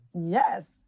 Yes